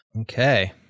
Okay